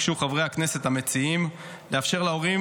ביקשו חברי הכנסת המציעים לאפשר להורים